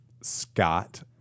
Scott